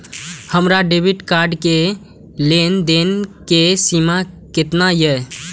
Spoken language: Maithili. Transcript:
हमार डेबिट कार्ड के लेन देन के सीमा केतना ये?